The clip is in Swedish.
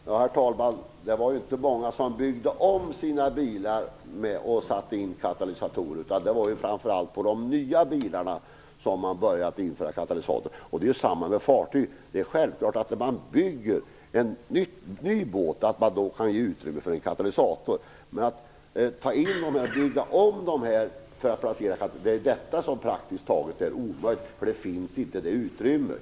Herr talman! Det var inte många som byggde om sina bilar och satte in katalysatorer, utan det var framför allt på de nya bilarna som man började införa katalysatorer. Det är samma sak med fartyg. Det är självklart att man när man bygger en ny båt kan ge utrymme för en katalysator. Men att bygga om dessa båtar för att placera en sådan är praktiskt taget omöjligt, därför att det finns inte utrymme.